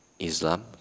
Islam